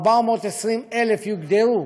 420,000 יוגדרו